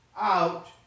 out